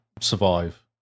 survive